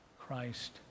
Christ